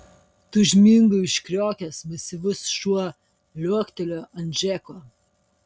tūžmingai užkriokęs masyvus šuo liuoktelėjo ant džeko